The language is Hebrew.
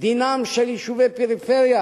דינם של יישובי פריפריה